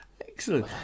Excellent